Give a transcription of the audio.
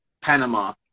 Panama